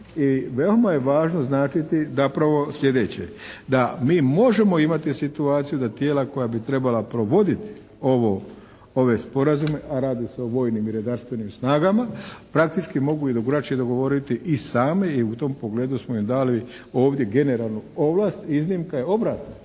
veoma je važno značiti zapravo slijedeće, da mi možemo imati situaciju da tijela koja bi trebala provoditi ove sporazume, a radi se o vojnim i redarstvenim snagama praktički mogu i drugačije dogovoriti i same i u tom pogledu smo im dali ovdje generalnu ovlast. Iznimka je obratna.